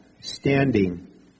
standing